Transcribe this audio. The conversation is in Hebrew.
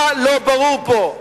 מה לא ברור פה?